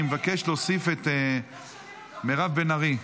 אני מבקש להוסיף את מירב בן ארי,